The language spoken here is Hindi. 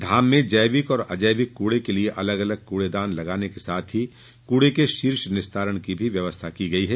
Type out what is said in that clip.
धाम में जैविक और अजैविक कुड़े के लिए अलग अलग कूड़ेदान लगाने के साथ ही कूड़े के शीघ्र निस्तारण की भी व्यवस्था की गई हैं